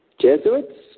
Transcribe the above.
Jesuits